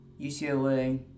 UCLA